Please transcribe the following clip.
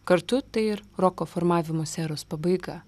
kartu tai ir roko formavimosi eros pabaiga